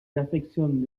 affectionne